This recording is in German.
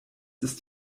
ist